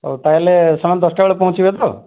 ହଉ ତା'ହେଲେ ସମାନ ଦଶଟା ବେଳେ ପହଞ୍ଚିବେ ତ